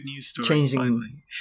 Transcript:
changing